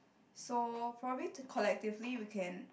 so probably to collectively we can